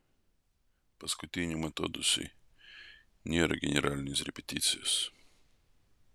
paskutiniam atodūsiui nėra generalinės repeticijos